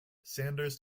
sanders